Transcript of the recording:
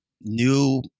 new